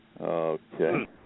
Okay